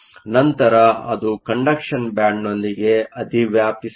ನಂತರ ಅದು ಕಂಡಕ್ಷನ್ ಬ್ಯಾಂಡ್ನೊಂದಿಗೆ ಅಧಿವ್ಯಾಪಿಸಬಹುದು